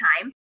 time